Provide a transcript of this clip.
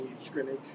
scrimmage